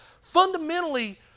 Fundamentally